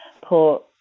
poor